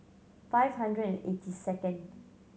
five hundred and eighty second